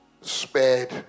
spared